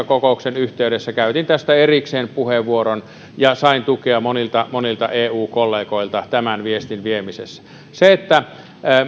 kokouksen yhteydessä käytin tästä erikseen puheenvuoron ja sain tukea monilta monilta eu kollegoilta tämän viestin viemisessä se